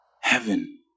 heaven